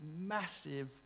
massive